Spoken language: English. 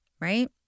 right